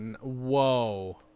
Whoa